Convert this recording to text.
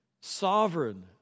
sovereign